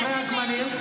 אחרי הגמלים,